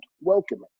welcoming